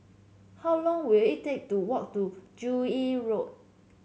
how long will it take to walk to Joo Yee Road